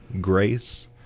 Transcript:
grace